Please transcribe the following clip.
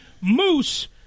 Moose